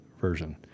version